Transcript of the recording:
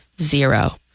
zero